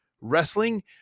Wrestling